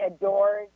adored